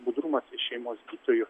budrumas ir šeimos gydytojų